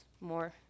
more